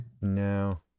No